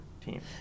team